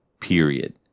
period